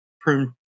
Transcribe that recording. prune